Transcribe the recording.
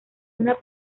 una